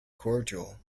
cordial